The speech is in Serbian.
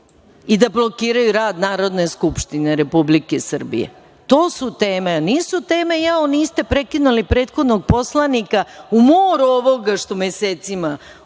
i da blokiraju rad Narodne skupštine Republike Srbije? To su teme. Nisu teme - niste prekinuli prethodnog poslanika. U moru onoga što mesecima